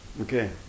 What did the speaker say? Okay